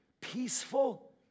peaceful